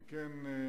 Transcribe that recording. אם כן,